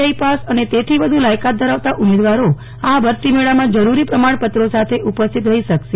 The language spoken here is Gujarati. આઈ પાસ અને તેથી વધુ લાયકાત ધરાવતા ઉમેદવારો આ ભરતી મેળામાં જરૂરી પ્રમાણપત્રો સાથે ઉપસ્થિત રહી શકશે